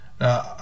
Now